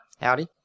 Howdy